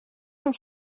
cent